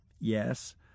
Yes